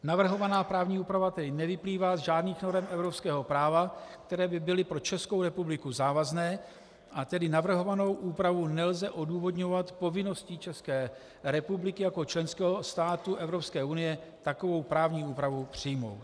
Navrhovaná právní úprava tedy nevyplývá z žádných norem evropského práva, které by byly pro Českou republiku závazné, a tedy navrhovanou úpravu nelze odůvodňovat povinností České republiky jako členského státu Evropské unie, takovou právní úpravu přijmout.